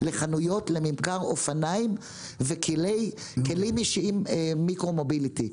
לחנויות לממכר אופניים וכלים אישיים מיקרו מוביליטי.